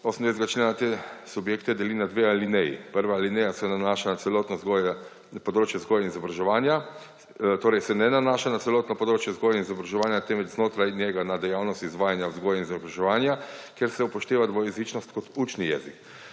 28. člena te subjekte deli na dve alineji. Prva alineja se nanaša na celotno področje vzgoje in izobraževanja, torej se ne nanaša na celotno področje vzgoje in izobraževanja, temveč znotraj njega na dejavnosti izvajanja vzgoje in izobraževanja, kjer se upošteva dvojezičnost kot učni jezik.